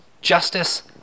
justice